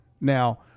Now